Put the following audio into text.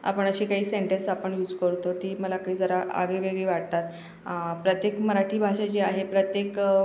आपण अशी काही सेंटेंस आपण यूज करतो ती मला काही जरा आगळीवेगळी वाटतात प्रत्येक मराठी भाषा जी आहे प्रत्येक